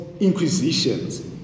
inquisitions